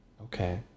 Okay